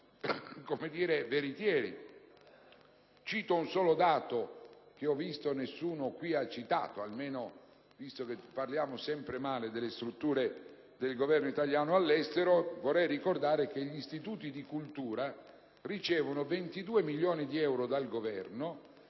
anche dati veritieri. Cito un solo dato, che nessuno ha menzionato, visto che parliamo sempre male delle strutture del Governo italiano all'estero. Ricordo che gli istituti di cultura ricevono 22 milioni di euro dal Governo